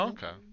Okay